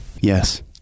Yes